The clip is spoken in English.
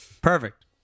Perfect